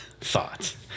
thoughts